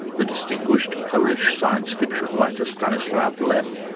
the distinguished polish science fiction writer, stanislaw lem,